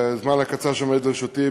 בזמן הקצר שעומד לרשותי,